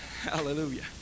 hallelujah